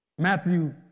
Matthew